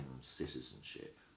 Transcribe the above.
citizenship